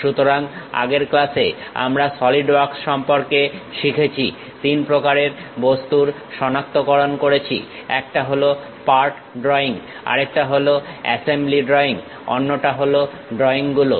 সুতরাং আগের ক্লাসে আমরা সলিড ওয়ার্কস সম্পর্কে শিখেছি 3 প্রকারের বস্তুর সনাক্তকরণ করেছি একটা হলো পার্ট ড্রইং আরেকটা হলো অ্যাসেম্বলি ড্রয়িং অন্যটা হলো ড্রইংগুলো